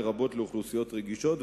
לרבות לאוכלוסיות רגישות.